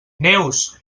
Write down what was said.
neus